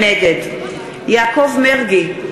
נגד יעקב מרגי,